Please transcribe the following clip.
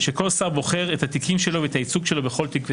כשכל שר בוחר את התיקים שלו ואת הייצוג שלו בכל תיק ותיק?